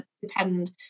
depend